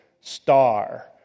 star